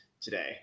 today